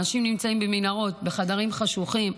אנשים נמצאים במנהרות, בחדרים חשוכים.